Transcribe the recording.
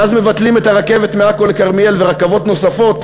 ואז מבטלים את הרכבת מעכו לכרמיאל ורכבות נוספות